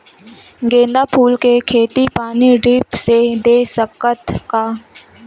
गेंदा फूल के खेती पानी ड्रिप से दे सकथ का?